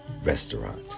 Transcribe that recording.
Restaurant